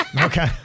Okay